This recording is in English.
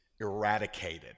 eradicated